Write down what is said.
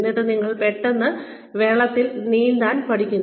എന്നിട്ട് നിങ്ങൾ പെട്ടെന്ന് വെള്ളത്തിൽ നീന്താൻ പഠിക്കുന്നു